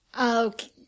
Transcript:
Okay